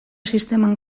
sisteman